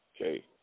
okay